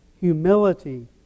humility